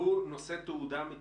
והוא נושא תעודה מטעמכם?